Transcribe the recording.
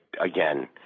Again